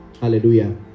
Hallelujah